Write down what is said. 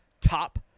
top